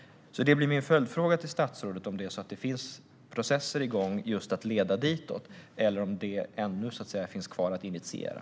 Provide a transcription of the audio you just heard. Min följdfråga till statsrådet är om det finns processer igång som leder just dit, eller om detta ännu finns kvar att initiera.